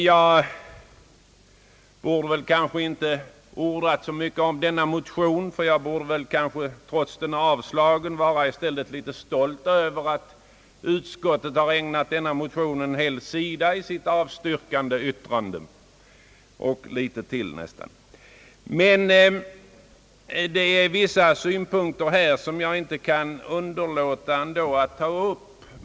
Jag borde kanske inte orda så mycket om motionen utan i stället vara stolt över att utskottet ägnat den mer än en sida i sitt avstyrkande yttrande. Emellertid finns det vissa synpunkter som jag inte kan underlåta att ta upp.